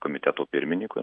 komiteto pirmininkui